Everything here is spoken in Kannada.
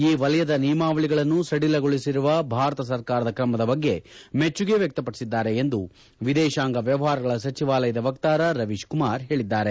ಈ ವಲಯದ ನಿಯಮಾವಳಗಳನ್ನು ಸಡಿಲಗೊಳಿಸಿರುವ ಭಾರತ ಸರ್ಕಾರದ ಕ್ರಮದ ಬಗ್ಗೆ ಮೆಚ್ಚುಗೆ ವ್ವಕ್ಷಪಡಿಸಿದ್ದಾರೆ ಎಂದು ವಿದೇಶಾಂಗ ವ್ವವಹಾರಗಳ ಸಚಿವಾಲಯದ ವಕ್ತಾರ ರವೀಶ್ ಕುಮಾರ್ ಹೇಳಿದ್ದಾರೆ